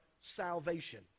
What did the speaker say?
salvation